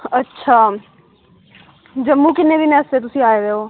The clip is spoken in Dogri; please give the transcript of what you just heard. अच्छा जम्मू किन्ने दिनें आस्तै तुस आए देओ